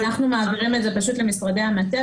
אנחנו מעבירים את זה פשוט למשרדי המטה.